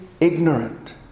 ignorant